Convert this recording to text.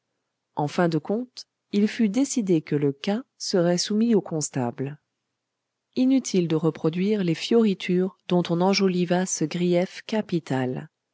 en fin de compte il fut décidé que le cas serait soumis au constable inutile de reproduire les fioritures dont on enjoliva ce grief capital